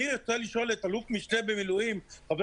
אני רוצה לשאול את אלוף משנה במילואים חבר